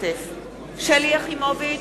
שלי יחימוביץ,